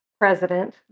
president